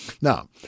Now